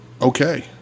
Okay